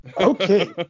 Okay